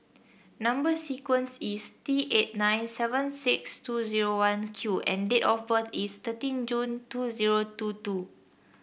number sequence is T eight nine seven six two zero one Q and date of birth is thirteen June two zero two two